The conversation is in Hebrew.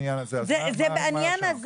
כל